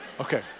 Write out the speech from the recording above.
Okay